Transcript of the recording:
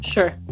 Sure